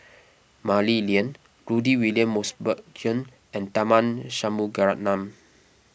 Mah Li Lian Rudy William Mosbergen and Tharman Shanmugaratnam